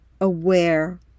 aware